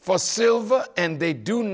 for silver and they do